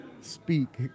speak